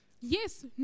yes